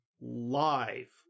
live